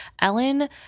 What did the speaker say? Ellen